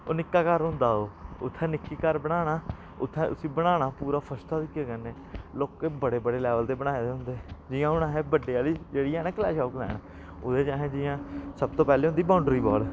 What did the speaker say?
ओह् निक्का घर होंदा ओह् उत्थै निक्की घर बनाना उत्थें उसी बनाना पूरा फर्स्ट क्लास तरीके कन्नै लोकें बड़े बड़े लेवल दे बनाए दे होंदे जि'यां हून असें बड्डे आह्ली जेह्ड़ी ऐ क्लैश आफ क्लैन ओह्दे च असें जि'यां सब तू पैह्लें होंदी बाउंडरी बाल